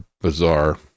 bizarre